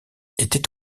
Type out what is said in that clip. étaient